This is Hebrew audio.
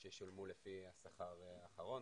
ישולמו לפי השכר האחרון,